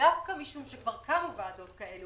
דווקא משום שכבר קמו ועדות כאלה,